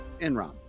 Enron